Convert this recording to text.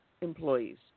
employees